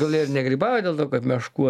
gal jie ir negrybauja dėl to kad meškų